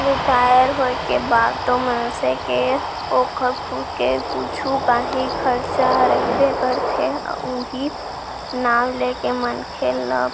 retire होए के बादो मनसे के ओकर खुद के कुछु कांही खरचा रहिबे करथे उहीं नांव लेके मनखे ल